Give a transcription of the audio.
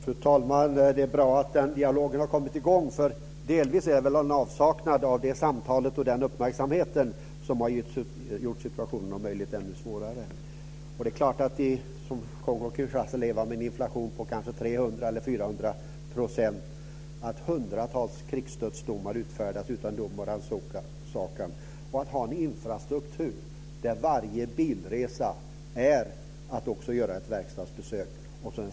Fru talman! Det är bra att den dialogen nu har kommit i gång. Avsaknaden av ett sådant samtal med den uppmärksamhet som det kan skapa har väl bidragit till att göra situationen svårare. Man lever i Kongo-Kinshasa med en inflation om kanske 300 eller 400 %. Hundratals krigsdödsstraff har utfärdats utan dom och rannsakan, och man har en infrastruktur där det till varje bilresa också hör att göra ett verkstadsbesök.